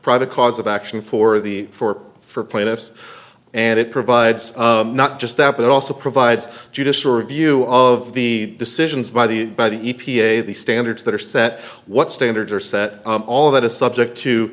private cause of action for the four for plaintiffs and it provides not just that but it also provides judicial review of the decisions by the by the e p a the standards that are set what standards are set all of that is subject to